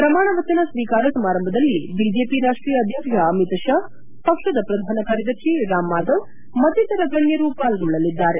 ಪ್ರಮಾಣ ವಚನ ಸ್ವೀಕಾರ ಸಮಾರಂಭದಲ್ಲಿ ಬಿಜೆಪಿ ರಾಷ್ಟೀಯ ಅಧ್ಯಕ್ಷ ಅಮಿತ್ ಶಾ ಪಕ್ಷದ ಪ್ರಧಾನ ಕಾರ್ಯದರ್ಶಿ ರಾಮ್ ಮಾಧವ್ ಮತ್ತಿತರ ಗಣ್ಣರು ಪಾಲ್ಗೊಳ್ಳಲಿದ್ದಾರೆ